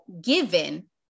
given